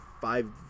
Five